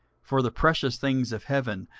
for the precious things of heaven,